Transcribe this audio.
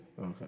Okay